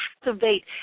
activate